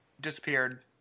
disappeared